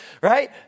right